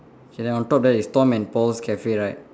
okay then on top of that is Tom and Paul's Cafe right